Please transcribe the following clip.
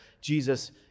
Jesus